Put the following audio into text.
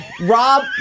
Rob